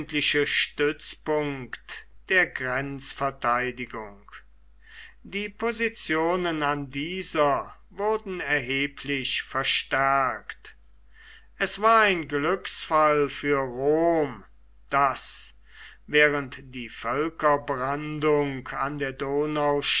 stützpunkt der grenzverteidigung die positionen an dieser wurden erheblich verstärkt es war ein glücksfall für rom daß während die völkerbrandung an der